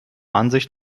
ansicht